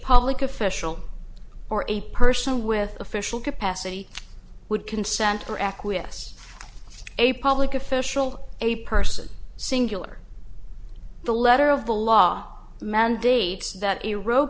public official or a person with official capacity would consent or acquiesce a public official a person singular the letter of the law mandates that